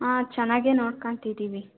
ಹಾಂ ಚೆನ್ನಾಗೆ ನೋಡ್ಕಂತಿದ್ದೀವಿ